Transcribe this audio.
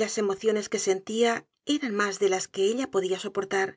las emociones que sentia eran mas de las que ella podia soportar